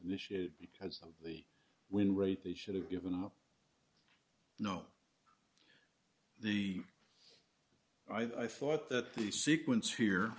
issue because of the win rate they should have given no the i thought that the sequence here